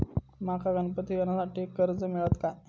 माका गणपती सणासाठी कर्ज मिळत काय?